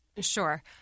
Sure